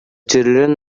children